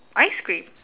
ice cream